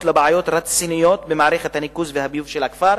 לבעיות רציניות במערכת הניקוז והביוב של הכפר,